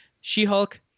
She-Hulk